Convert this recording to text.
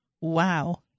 Wow